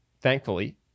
thankfully